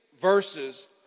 verses